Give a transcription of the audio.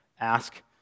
ask